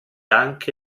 anche